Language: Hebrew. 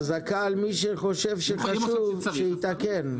חזקה על מי שחושב שזה חשוב, שיתקן.